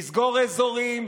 לסגור אזורים,